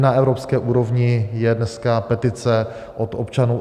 I na evropské úrovni je dneska petice od občanů EU.